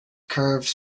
curved